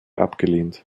abgelehnt